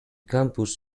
campus